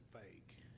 fake